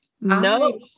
No